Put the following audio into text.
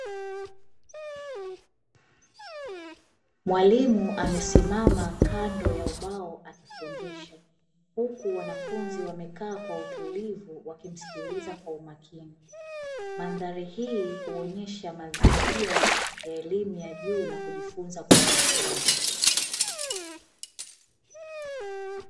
Mwalimu amesimama kando ya ubao akifundisha, huku wanafunzi wamekaa kwa utulivu wakimsikiliza kwa umakini. Mandhari hii huonyesha mazingira ya elimu ya juu na kujifunza kwa umakini.